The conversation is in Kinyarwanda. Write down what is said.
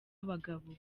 abagabo